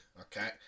Okay